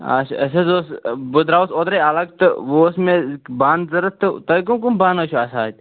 اچھا اسہِ حظ اوس بہٕ درٛاس اوٚترٕے اَلگ تہٕ وۅنۍ اوس مےٚ بانہٕ ضروٗرت تہٕ تۅہہِ کٕم کٕم بانہٕ چھِ آسان اتہِ